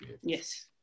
Yes